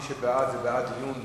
מי שבעד, הוא בעד דיון